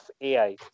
AI